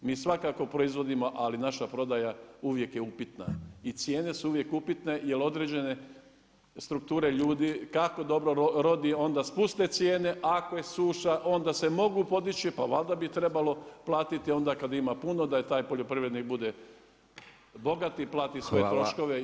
Mi svakako proizvodimo, ali naša prodaja uvijek je upitna i cijene su uvijek upitne, jer određene strukture ljudi, kako dobro rodi onda spuste cijene, ako je suša onda se mogu podići, pa valjda bi trebalo platiti onda kad ima puno, da je taj poljoprivrednik bude bogat i plati sve troškove i obrade koji je radio.